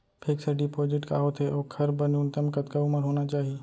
Fix deposit का होथे ओखर बर न्यूनतम कतका उमर होना चाहि?